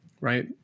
right